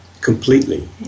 Completely